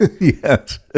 Yes